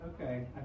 okay